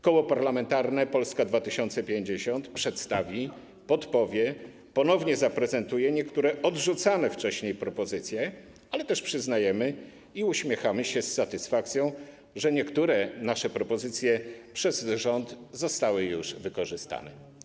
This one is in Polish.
Koło Parlamentarne Polska 2050 przedstawi, podpowie i ponownie zaprezentuje niektóre odrzucane wcześniej propozycje, ale też przyznajemy i uśmiechamy się z satysfakcją, że niektóre nasze propozycje przez rząd zostały już wykorzystane.